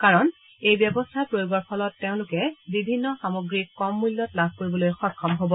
তেওঁলোকে এই ব্যৱস্থা প্ৰয়োগৰ ফলত তেওঁলোকক বিভিন্ন সামগ্ৰী কম মূল্যত লাভ কৰিবলৈ সক্ষম হব